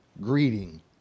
greeting